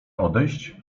odejść